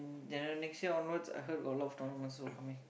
then the next year onwards I heard got a lot of tournaments also coming